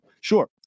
Sure